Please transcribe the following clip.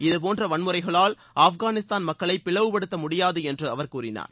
இதபோன்ற வன்முறைகளால் ஆப்கானிஸ்தான் மக்களைப் பிளவுப்படுத்த முடியாது என்று அவர் கூறினார்